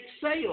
sales